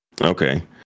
Okay